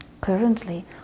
Currently